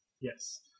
Yes